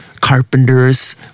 Carpenters